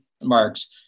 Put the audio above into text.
marks